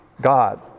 God